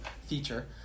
feature